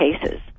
cases